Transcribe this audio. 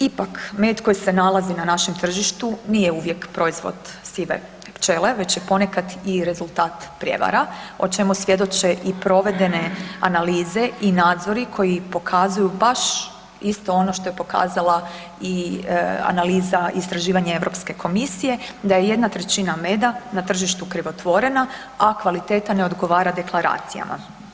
Ipak, med koji se nalazi na našem tržištu, nije uvijek proizvod sive pčele već je ponekad i rezultat prijevara o čemu svjedoče i provedene analize i nadzori koji pokazuju baš isto ono što je pokazala i analiza istraživanja Europske komisije da je 1/3 meda na tržištu krivotvorena, a kvaliteta ne odgovara deklaracijama.